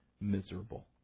miserable